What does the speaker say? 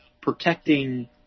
protecting